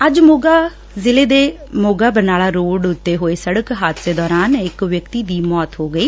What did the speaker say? ਅੱਜ ਮੋਗਾ ਜ਼ਿਲੇ ਦੇ ਮੋਗਾ ਬਰਨਾਲਾ ਰੋਡ ਤੇ ਹੋਏ ਸੜਕ ਹਾਦਸੇ ਦੌਰਾਨ ਇਕ ਵਿਅਕਤੀ ਦੀ ਮੌਤ ਹੋ ਗਈ